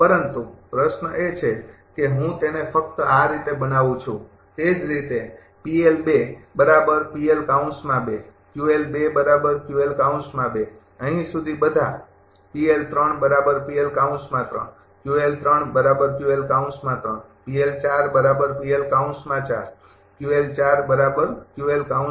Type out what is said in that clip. પરંતુ પ્રશ્ન એ છે કે હું તેને ફકત આ રીતે બનાવું છું તે જ રીતે અહી સુધી બધા બધા સરખા છે